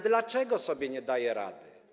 Dlaczego sobie nie daje rady?